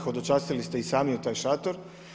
Hodočastili ste i sami u taj šator.